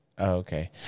Okay